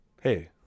hey